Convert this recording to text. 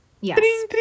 yes